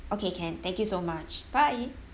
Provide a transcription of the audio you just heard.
okay can thank you so much bye